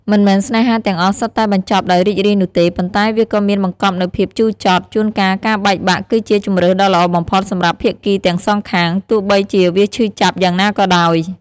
មិនមែនស្នេហាទាំងអស់សុទ្ធតែបញ្ចប់ដោយរីករាយនោះទេ ប៉ុន្តែវាក៏មានបង្កប់នូវភាពជូរចត់ ជួនកាលការបែកបាក់គឺជាជម្រើសដ៏ល្អបំផុតសម្រាប់ភាគីទាំងសងខាង ទោះបីជាវាឈឺចាប់យ៉ាងណាក៏ដោយ។